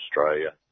Australia